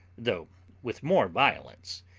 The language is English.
though with more violence,